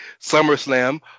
SummerSlam